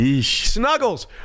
Snuggles